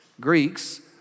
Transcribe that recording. Greeks